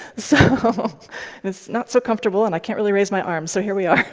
so but it's not so comfortable, and i can't really raise my arms. so here we are.